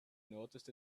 noticed